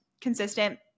consistent